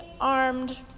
armed